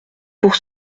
pour